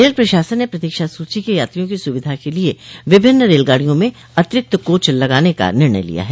rail प्रशासन ने प्रतीक्षा सूची के यात्रियों की सुविधा के लिए विभिन्न रेलगाड़ियों मे अतिरिक्त कोच लगाने का निर्णय लिया है